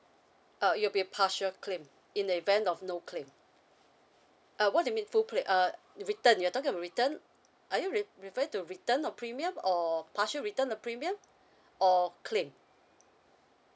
uh it'll be partial claim in the event of no claim uh what you mean full clai~ uh return you're talking about return are you re~ referring to return of premium or partial return of premium or claim